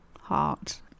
heart